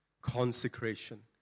consecration